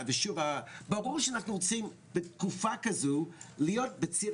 ברור שאנו רוצים להיות בתקופה הזו בציר